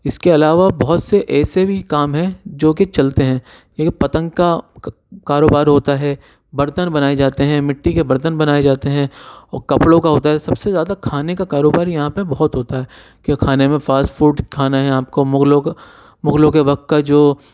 اس کے علاوہ بہت سے ایسے بھی کام ہیں جو کہ چلتے ہیں یہ پتنگ کا کاروبار ہوتا ہے برتن بنائے جاتے ہیں مٹی کے برتن بنائے جاتے ہیں اور کپڑوں کا ہوتا ہے سب سے زیادہ کھانے کا کاروبار یہاں پہ بہت ہوتا ہے کہ کھانے میں فاسٹ فوڈ کھانا ہے آپ کو مغلوں کے وقت کا جو